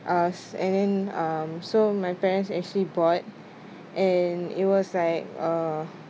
uh and then um so my parents actually bought and it was like a